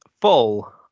Full